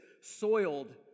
soiled